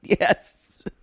Yes